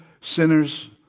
sinners